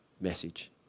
message